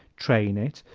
train it,